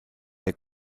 der